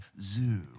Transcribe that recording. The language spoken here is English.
zoo